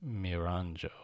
Miranjo